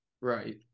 Right